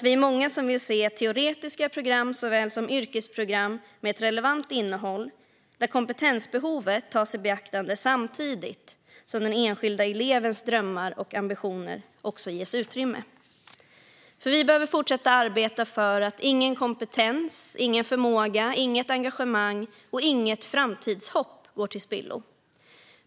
Vi är många som vill se teoretiska program såväl som yrkesprogram med ett relevant innehåll, där kompetensbehovet tas i beaktande samtidigt som den enskilde elevens drömmar och ambitioner också ges utrymme. Vi behöver fortsätta att arbeta för att ingen kompetens, ingen förmåga, inget engagemang och inget framtidshopp går till spillo.